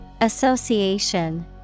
Association